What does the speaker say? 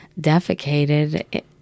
defecated